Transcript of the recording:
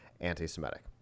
anti-Semitic